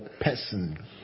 person